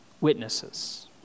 witnesses